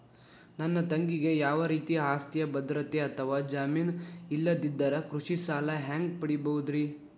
ನನ್ನ ತಂಗಿಗೆ ಯಾವ ರೇತಿಯ ಆಸ್ತಿಯ ಭದ್ರತೆ ಅಥವಾ ಜಾಮೇನ್ ಇಲ್ಲದಿದ್ದರ ಕೃಷಿ ಸಾಲಾ ಹ್ಯಾಂಗ್ ಪಡಿಬಹುದ್ರಿ?